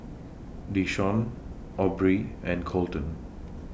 Desean Aubree and Colten